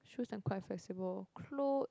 shoes I am quite flexible cloth